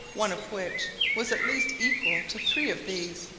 one of which was at least equal to three of these.